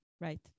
Right